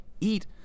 eat